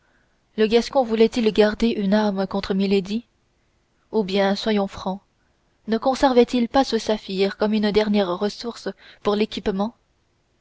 le gascon voulait-il garder une arme contre milady ou bien soyons franc ne conservait il pas ce saphir comme une dernière ressource pour l'équipement